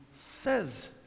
says